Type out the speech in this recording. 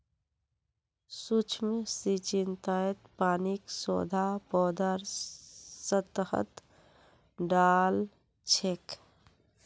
सूक्ष्म सिंचाईत पानीक सीधा पौधार सतहत डा ल छेक